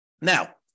Now